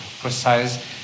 precise